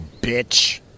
bitch